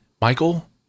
Michael